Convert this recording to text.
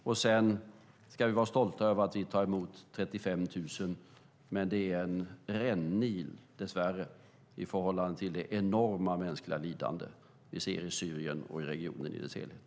Vi ska vara stolta över att vi tar emot 35 000, men det är dess värre en rännil i förhållande till det enorma mänskliga lidandet i Syrien och i regionen i dess helhet.